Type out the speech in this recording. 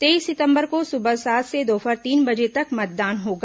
तेईस सितंबर को सुबह सात से दोपहर तीन बजे तक मतदान होगा